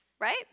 right